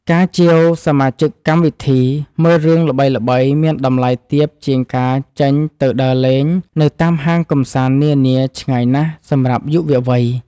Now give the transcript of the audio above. ការជាវសមាជិកកម្មវិធីមើលរឿងល្បីៗមានតម្លៃទាបជាងការចេញទៅដើរលេងនៅតាមហាងកម្សាន្តនានាឆ្ងាយណាស់សម្រាប់យុវវ័យ។